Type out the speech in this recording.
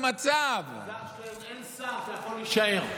אלעזר שטרן, אין שר, אתה יכול להישאר.